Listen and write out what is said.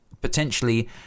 potentially